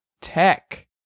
Tech